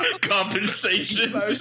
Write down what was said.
Compensation